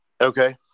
Okay